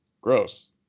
gross